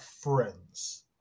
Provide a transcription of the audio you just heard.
friends